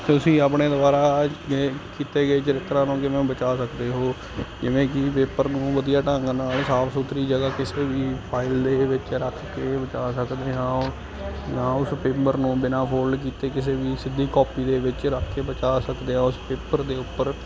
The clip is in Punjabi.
ਤੁਸੀਂ ਆਪਣੇ ਦੁਆਰਾ ਕੀਤੇ ਗਏ ਚਰਿੱਤਰਾਂ ਨੂੰ ਕਿਵੇਂ ਬਚਾ ਸਕਦੇ ਹੋ ਜਿਵੇਂ ਕਿ ਪੇਪਰ ਨੂੰ ਵਧੀਆ ਢੰਗ ਨਾਲ ਸਾਫ਼ ਸੁਥਰੀ ਜਗ੍ਹਾ ਕਿਸੇ ਵੀ ਫਾਈਲ ਦੇ ਵਿੱਚ ਰੱਖ ਕੇ ਬਚਾ ਸਕਦੇ ਹਾਂ ਜਾਂ ਉਸ ਪੇਪਰ ਨੂੰ ਬਿਨਾਂ ਫੋਲਡ ਕੀਤੇ ਕਿਸੇ ਵੀ ਸਿੱਧੀ ਕੋਪੀ ਦੇ ਵਿੱਚ ਰੱਖ ਕੇ ਬਚਾ ਸਕਦੇ ਹਾਂ ਪੇਪਰ ਦੇ ਉੱਪਰ